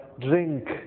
drink